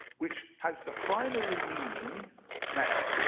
which has the primary meaning mouth.